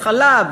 החלב